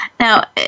Now